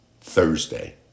Thursday